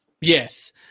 Yes